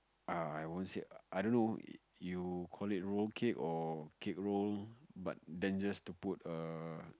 ah I won't say I don't know you call it roll cake or cake roll but then just to put a